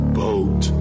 boat